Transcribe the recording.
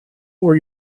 where